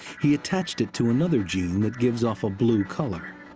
he attached it to another gene that gives off a blue color.